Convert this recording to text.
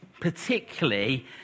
particularly